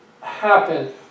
happen